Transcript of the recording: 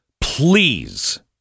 please